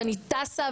ואני טסה.